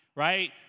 Right